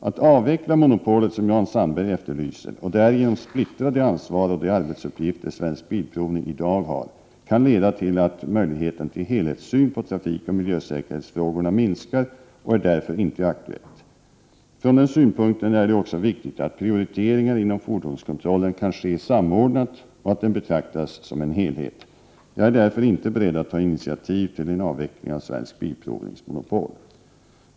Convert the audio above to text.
Att avveckla monopolet, som Jan Sandberg efterlyser, och därigenom splittra det ansvar och de arbetsuppgifter Svensk Bilprovning i dag har kan leda till att möjligheten till helhetssyn på trafikoch miljösäkerhetsfrågorna minskar och är därför inte aktuellt. Från den synpunkten är det också viktigt att prioriteringar inom fordonskontrollen kan ske samordnat och att den betraktas som en helhet. Jag är därför inte beredd att ta initiativ till en avveckling av Svensk Bilprovnings monopol.